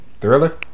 thriller